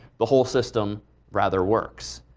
the whole system rather works.